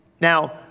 now